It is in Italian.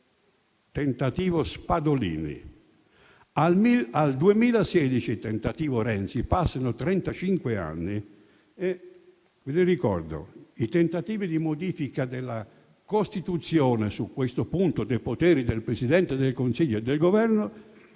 (tentativo Spadolini) al 2016 (tentativo Renzi) passano trentacinque anni: vi ricordo i tentativi di modifica della Costituzione su questo punto dei poteri del Presidente del Consiglio e del Governo,